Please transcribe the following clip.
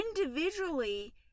Individually